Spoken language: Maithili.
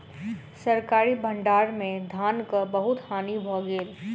सरकारी भण्डार में धानक बहुत हानि भ गेल